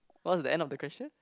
what's the end of the question